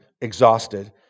exhausted